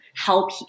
help